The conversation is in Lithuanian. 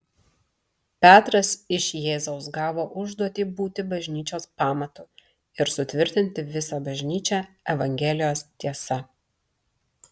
petras iš jėzaus gavo užduotį būti bažnyčios pamatu ir sutvirtinti visą bažnyčią evangelijos tiesa